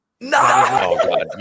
No